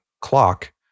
clock